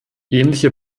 ähnliche